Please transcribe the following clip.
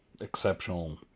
exceptional